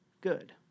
good